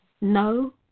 No